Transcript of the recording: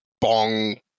bong